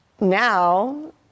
Now